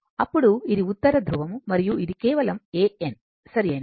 అప్పుడు ఇది ఉత్తర ధృవం మరియు ఇది కేవలం A N సరియైనది